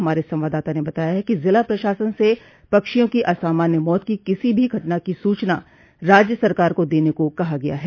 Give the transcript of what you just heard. हमारे संवाददाता ने बताया है कि जिला प्रशासन से पक्षियों की असामान्य मौत की किसी भी घटना की सूचना राज्य सरकार को देन को कहा गया है